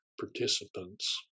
participants